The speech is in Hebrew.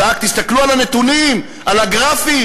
צעק: תסתכלו על הנתונים, על הגרפים.